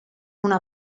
una